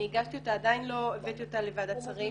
הגשתי אותה אבל עדיין לא הבאתי אותה לוועדת שרים.